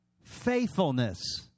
faithfulness